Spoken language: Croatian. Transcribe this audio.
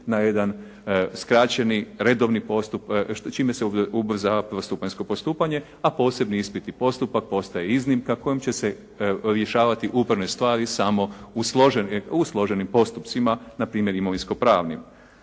na jedan skraćeni, redovni postupak čime se ubrzava prvostupanjsko postupanje, a posebni ispitni postupak postaje iznimka kojim će se rješavati upravne stvari samo u složenim postupcima, na primjer imovinsko-pravnim.